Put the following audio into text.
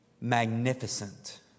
magnificent